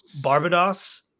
Barbados